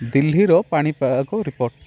ଦିଲ୍ଲୀର ପାଣିପାଗ ରିପୋର୍ଟ